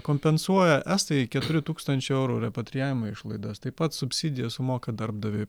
kompensuoja estai keturi tūkstančiai eurų repatrijavimo išlaidas taip pat subsidijas sumoka darbdaviui